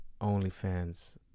OnlyFans